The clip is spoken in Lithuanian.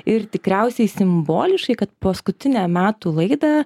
ir tikriausiai simboliškai kad paskutinę metų laidą